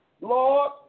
Lord